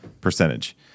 percentage